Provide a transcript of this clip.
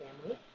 family